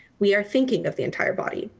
we are thinking of the entire body.